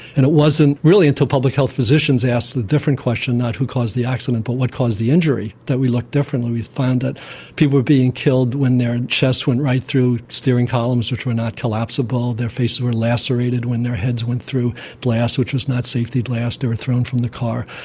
and it wasn't really until public health physicians asked the different question, not who caused the accident but what caused the injury, that we looked differently, we found that people were being killed when their and chests went right through steering columns which were not collapsible, their faces were lacerated when their heads went through glass which was not safety glass, they were thrown from the car.